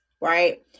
right